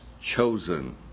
chosen